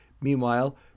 meanwhile